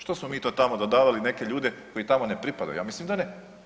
Što smo mi to tamo dodavali neke ljude koji tamo ne pripadaju, ja mislim da ne.